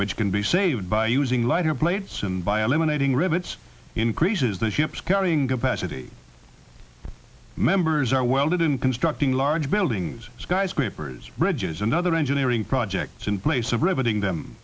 which can be saved by using lighter plates and by a lemonade ing rivets increases the ships carrying capacity members are welded in constructing large buildings skyscrapers bridges another engineering projects in place of riveting them